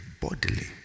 bodily